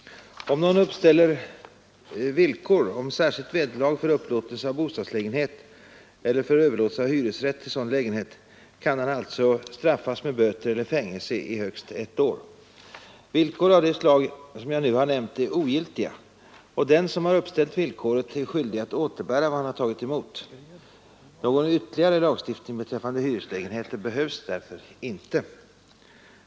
Om någon uppställer villkor om särskilt vederlag för upplåtelse av bostadslägenhet eller för överlåtelse av hyresrätt till sådan lägenhet, kan han alltså straffas med böter eller fängelse i högst ett år. Villkor av det slag jag nu nämnt är ogiltiga, och den som uppställt villkoret är skyldig att återbära vad han tagit emot. Någon ytterligare lagstiftning beträffande hyreslägenheter behövs därför inte.